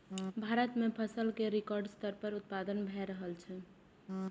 भारत मे फसल केर रिकॉर्ड स्तर पर उत्पादन भए रहल छै